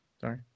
Sorry